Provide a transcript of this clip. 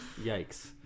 Yikes